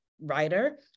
writer